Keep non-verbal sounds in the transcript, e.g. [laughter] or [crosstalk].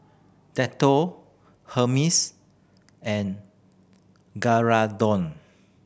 Dettol Hermes and [unintelligible]